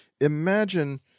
imagine